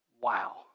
Wow